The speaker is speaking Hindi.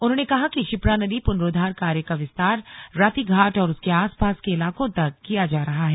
उन्होंने कहा कि शिप्रा नदी पुनरोद्वार कार्य का विस्तार रातिघाट और उसके आसपास के इलाकों तक किया जा रहा है